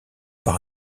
par